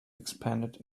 expanded